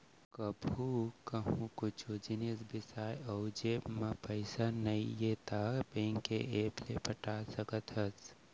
कभू कहूँ कुछु जिनिस बिसाए अउ जेब म पइसा नइये त बेंक के ऐप ले पटा सकत हस